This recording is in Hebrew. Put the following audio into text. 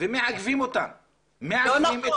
ומעכבים אותם --- לא נכון.